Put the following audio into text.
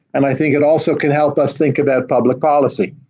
and i think it also can help us think about public policy.